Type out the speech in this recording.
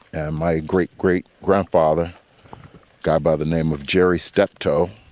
and my great great grandfather guy by the name of jerry stepto,